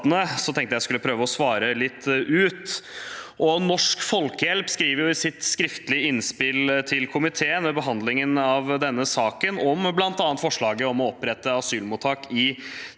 tenkte jeg at jeg skulle prøve å svare ut litt. Norsk Folkehjelp skriver i sitt skriftlige innspill til komiteen ved behandlingen av saken om bl.a. forslaget om å opprette asylmottak i